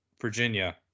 Virginia